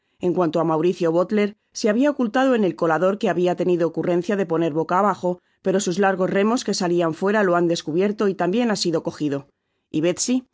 en cuanto á mauricio bolter se habia ocultado en el colador que habia tenido ocurrencia'de poner boca abajo pero sus largos remos que salian fuera lo han descubierto y tambien ha sido cojido y betsy